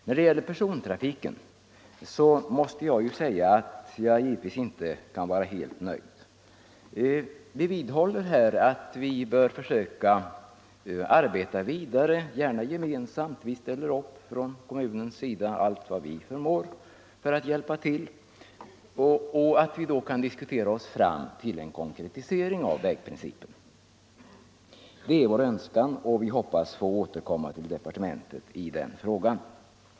När det gäller persontrafiken är jag givetvis inte helt nöjd. Jag vidhåller att vi bör försöka arbeta vidare, gärna gemensamt — vi ställer upp från kommunens sida allt vad vi förmår för att hjälpa till, så att vi kan diskutera oss fram till en konkretisering av vägprincipen. Det är vår önskan, och vi hoppas få återkomma till departementet i den frågan.